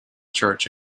church